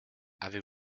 avez